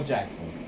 Jackson